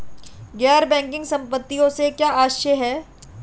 गैर बैंकिंग संपत्तियों से क्या आशय है?